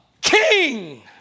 king